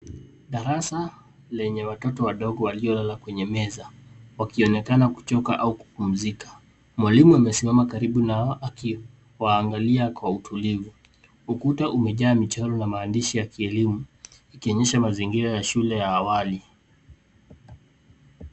Darasa enye watoto wadogo waliolala kwenye meza wakionekana kuchoka au kupumzika. Maalimu amesimama karibu nao akiwaangalia kwa utulivu. Ukuta umejaa michoro ya maandishi ya kielimu ikionyesha mazingira ya shule ya awali.